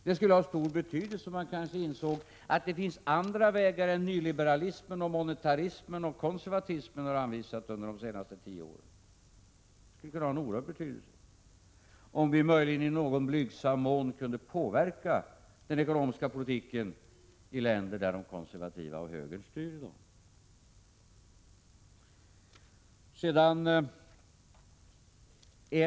Det skulle ha stor betydelse om man insåg att det kan finnas andra vägar än vad nyliberalismen, monetarismen och konservatismen har anvisat under de senaste tio åren. Det skulle kunna få en oerhörd betydelse om vi möjligen i någon blygsam mån kunde påverka den ekonomiska politiken i länder där de konservativa och högern styr i dag.